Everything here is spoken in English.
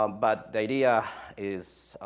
um but the idea is,